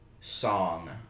song